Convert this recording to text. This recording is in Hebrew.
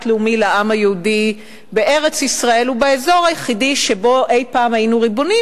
לאומי לעם היהודי בארץ-ישראל ובאזור היחיד שבו אי-פעם היינו ריבונים,